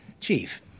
Chief